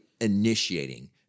initiating